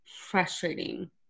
frustrating